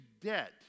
debt